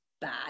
bad